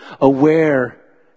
aware